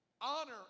honor